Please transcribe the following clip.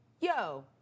yo